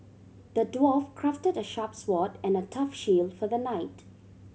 the dwarf crafted a sharp sword and a tough shield for the knight